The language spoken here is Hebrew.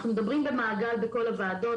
אנחנו מדברים במעגל בכל הוועדות,